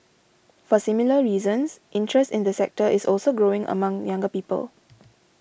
for similar reasons interest in the sector is also growing among younger people